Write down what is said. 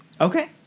Okay